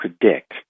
predict